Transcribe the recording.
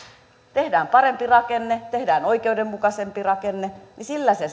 tehdään parempi rakenne tehdään oikeudenmukaisempi rakenne niin sillä se